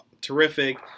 terrific